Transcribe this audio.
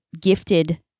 gifted